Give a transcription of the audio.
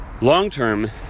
Long-term